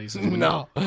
No